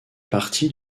partie